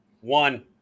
One